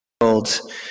world